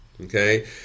Okay